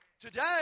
Today